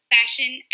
fashion